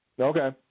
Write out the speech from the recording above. Okay